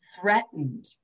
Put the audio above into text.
threatened